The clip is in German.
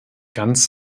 ganz